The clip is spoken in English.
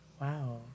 Wow